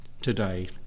today